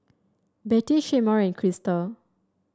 Betty Shemar and Krysta